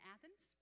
Athens